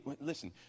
Listen